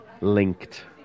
linked